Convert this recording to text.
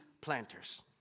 planters